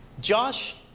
Josh